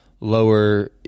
lower